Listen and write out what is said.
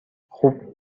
خوب